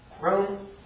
Rome